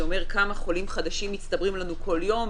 זה אומר כמה חולים חדשים מצטברים לנו בכל יום.